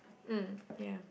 mm ya